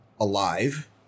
Alive